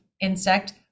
insect